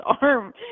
arm